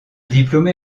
diplômé